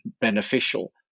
beneficial